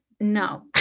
No